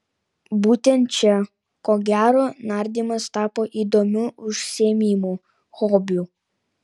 būtent čia ko gero nardymas tapo įdomiu užsiėmimu hobiu